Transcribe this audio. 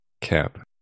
Cap